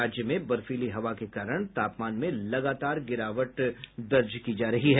राज्य में बर्फीली हवा के कारण तापमान में लगातार गिरावट हो रही है